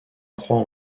croît